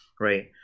right